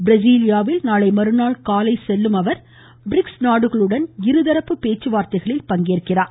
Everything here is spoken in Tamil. பிரெஸிலியாவில் நாளைமறுநாள் காலை செல்லும் அவர் பிரிக்ஸ் நாடுகளுடன் இருதரப்பு பேச்சுவார்த்தைகளில் பங்கேற்கிறார்